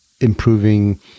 improving